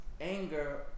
anger